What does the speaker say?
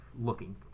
looking